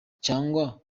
cyangwa